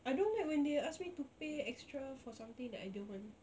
I don't like when they ask me to pay extra for something that I don't want